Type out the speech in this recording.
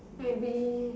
maybe